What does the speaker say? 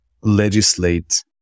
legislate